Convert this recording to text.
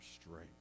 strength